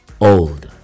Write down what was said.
old